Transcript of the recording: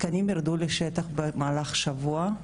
התקנים ירדו לשטח במהלך שבוע,